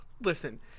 Listen